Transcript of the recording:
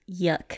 yuck